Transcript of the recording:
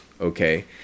Okay